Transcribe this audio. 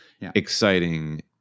exciting